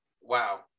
wow